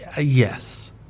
Yes